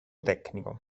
tecnico